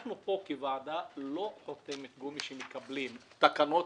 אנחנו פה כוועדה לא חותמת גומי שמקבלים תקנות,